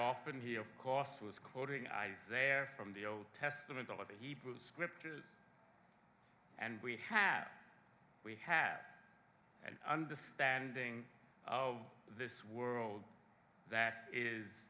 often here of course was quoting i there from the old testament of the hebrew scriptures and we have we have an understanding of this world that is